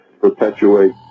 perpetuate